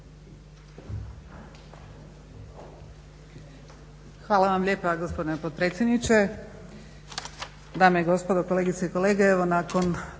Hvala vam lijepa gospodine potpredsjedniče, dame i gospodo, kolegice i kolege. Evo nakon